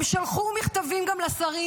הם שלחו מכתבים גם לשרים.